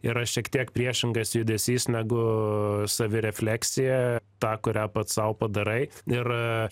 yra šiek tiek priešingas judesys negu savirefleksija tą kurią pats sau padarai ir